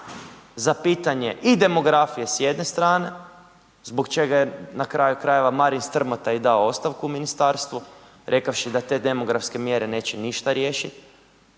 za pitanje i demografije s jedne strane, zbog čega je na kraju krajeva Marin Strmota i dao ostavku u ministarstvu rekavši da te demografske mjere neće ništa riješiti,